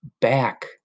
back